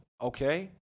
Okay